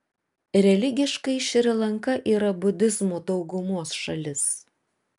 religiškai šri lanka yra budizmo daugumos šalis